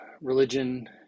religion